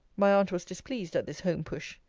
my aunt was displeased at this home-push.